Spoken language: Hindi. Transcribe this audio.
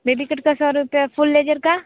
बेबी कट का सौ रुपया फुल लेजर का